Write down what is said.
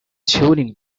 shooting